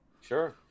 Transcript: Sure